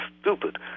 stupid